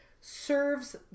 serves